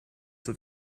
have